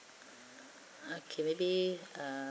okay maybe uh